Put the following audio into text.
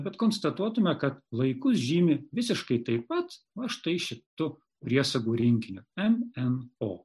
bet konstatuotume kad laikus žymi visiškai taip pat va štai šitu priesagų rinkiniu em en o